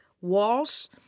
walls